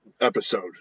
episode